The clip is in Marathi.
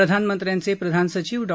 प्रधानमंत्र्यांचे प्रधान सचिव डॉ